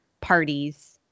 parties